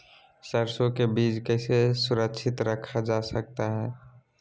सरसो के बीज कैसे सुरक्षित रखा जा सकता है?